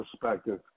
perspective